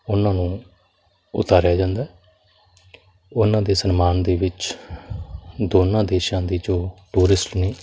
ਉਹਨਾਂ ਨੂੰ ਉਤਾਰਿਆ ਜਾਂਦਾ ਉਹਨਾਂ ਦੇ ਸਨਮਾਨ ਦੇ ਵਿੱਚ ਦੋਨਾਂ ਦੇਸ਼ਾਂ ਦੀ ਜੋ ਟੂਰਿਸਟ ਨੇ